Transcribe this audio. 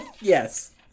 Yes